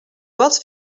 vols